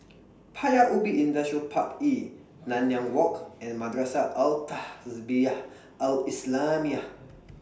Paya Ubi Industrial Park E Nanyang Walk and Madrasah Al Tahzibiah Al Islamiah